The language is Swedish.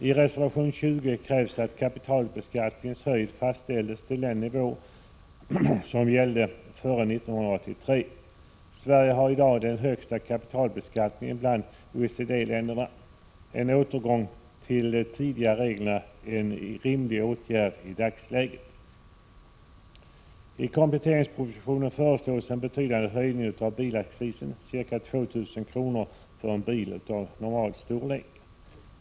I reservation 20 krävs att kapitalbeskattningens höjd fastställs till den nivå som gällde före 1983. Sverige har i dag den högsta kapitalbeskattningen bland OECD-länderna. En återgång till de tidigare reglerna är i dagsläget en rimlig åtgärd. I kompletteringspropositionen föreslås en betydande höjning av bilaccisen med ca 2 000 kr. för en bil av normal storlek.